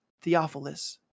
Theophilus